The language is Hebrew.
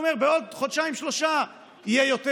הוא אומר: בעוד חודשיים-שלושה יהיה יותר.